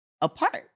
apart